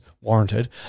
warranted